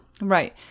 Right